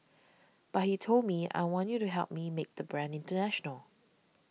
but he told me I want you to help me make the brand international